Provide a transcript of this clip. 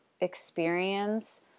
experience